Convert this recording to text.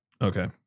Okay